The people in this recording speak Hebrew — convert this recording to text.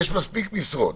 יש מספיק משרות.